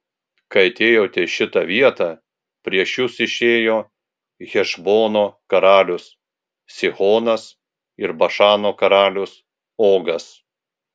kai atėjote į šitą vietą prieš jus išėjo hešbono karalius sihonas ir bašano karalius ogas